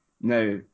now